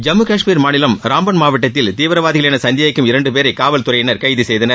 ஜம்மு காஷ்மீர் மாநிலம் ராம்பன் மாவட்டத்தில் தீவிரவாதிகள் என சந்தேகிக்கும் இரண்டு பேரை காவல்துறையினர் கைது செய்தனர்